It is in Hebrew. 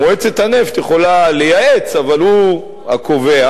מועצת הנפט יכולה לייעץ אבל הוא הקובע,